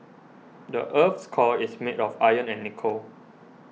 the earth's core is made of iron and nickel